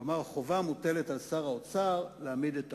כלומר, החובה מוטלת על שר האוצר להעמיד את